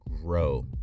grow